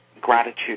gratitude